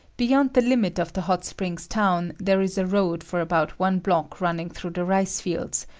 beyond the limit of the hot springs town, there is a road for about one block running through the rice fields,